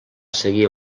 seguir